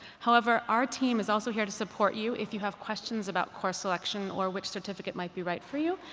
however, our team is also here to support you if you have questions about course selection or which certificate might be right for you.